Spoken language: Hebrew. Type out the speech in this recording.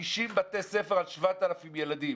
50 בתי ספר על 7,000 ילדים,